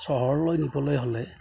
চহৰলৈ নিবলৈ হ'লে